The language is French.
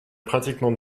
pratiquement